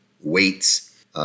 weights